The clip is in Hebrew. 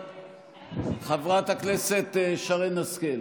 חברת הכנסת שרן השכל,